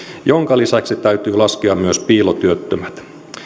minkä lisäksi täytyy laskea myös piilotyöttömät